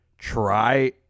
Try